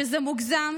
שזה מוגזם,